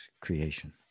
creation